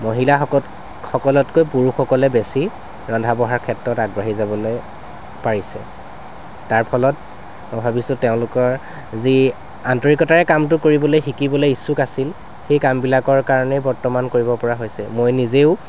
মহিলা সকত সকলতকৈ পুৰুষসকলে বেছি ৰন্ধা বঢ়াৰ ক্ষেত্ৰত আগবাঢ়ি যাবলৈ পাৰিছে তাৰ ফলত মই ভাবিছো তেওঁলোকৰ যি আন্তৰিকতাৰে কামটো কৰিবলৈ শিকিবলৈ ইচ্ছুক আছিল সেই কাৰণবিলাকৰ কাৰণেই বৰ্তমান কৰিব পৰা হৈছে মই নিজেও